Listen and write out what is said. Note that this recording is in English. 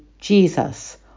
Jesus